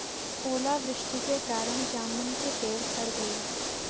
ओला वृष्टि के कारण जामुन के पेड़ सड़ गए